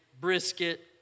Brisket